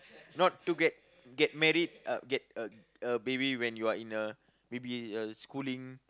not to get get married uh get a a baby when you are in a baby a schooling